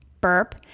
burp